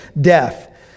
death